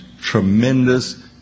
tremendous